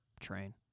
train